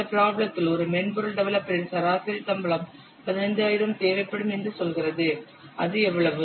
இந்த ப்ராப்ளத்தில் ஒரு மென்பொருள் டெவலப்பரின் சராசரி சம்பளம் 15000 தேவைப்படும் என்று சொல்கிறது அது எவ்வளவு